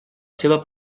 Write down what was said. seva